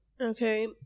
Okay